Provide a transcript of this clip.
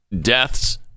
deaths